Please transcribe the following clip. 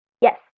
Yes